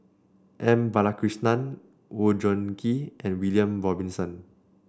M Balakrishnan Oon Jin Gee and William Robinson